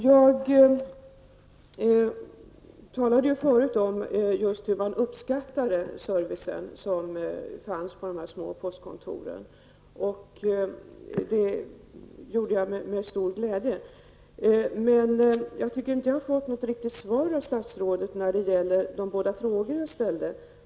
Jag talade förut om hur man uppskattade den service som fanns på de små postkontoren, och det gjorde jag med stor glädje. Men jag tycker inte att jag har fått något riktigt svar från statsrådet på de båda frågor som jag ställde.